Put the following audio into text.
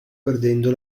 perdendo